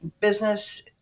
business